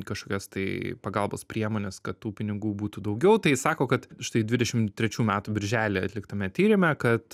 kažkokias tai pagalbos priemones kad tų pinigų būtų daugiau tai sako kad štai dvidešim trečių metų birželį atliktame tyrime kad